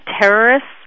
terrorists